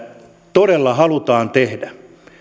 todella halutaan tehdä